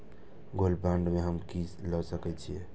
Gold bond में हम की ल सकै छियै?